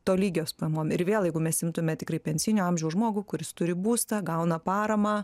tolygios pajamom ir vėl jeigu mes imtume tikrai pensijinio amžiaus žmogų kuris turi būstą gauna paramą